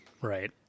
Right